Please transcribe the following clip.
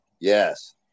Yes